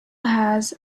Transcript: has